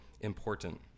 important